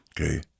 Okay